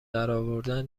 درآوردن